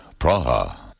Praha